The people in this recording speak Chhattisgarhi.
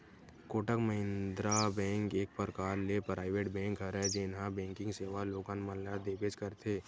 कोटक महिन्द्रा बेंक एक परकार ले पराइवेट बेंक हरय जेनहा बेंकिग सेवा लोगन मन ल देबेंच करथे